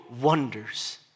wonders